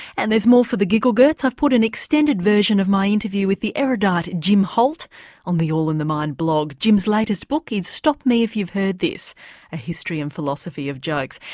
and there's more for the giggle-gerts, i've put an extended version of my interview with the erudite jim holt on the all in the mind blog. jim's latest book is stop me if you've heard this a history and philosophy of jokes.